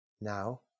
Now